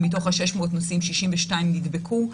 ו-62 מהם נדבקו.